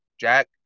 Jack